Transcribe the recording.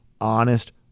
honest